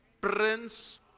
prince